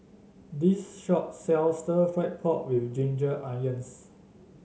this shop sells stir fry pork with Ginger Onions